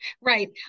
Right